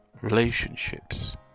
relationships